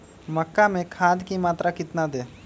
मक्का में खाद की मात्रा कितना दे?